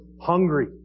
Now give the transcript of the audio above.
hungry